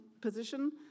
position